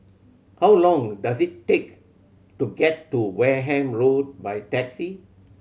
how long does it take to get to Wareham Road by taxi